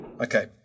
Okay